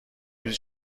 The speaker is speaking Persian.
روزی